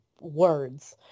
words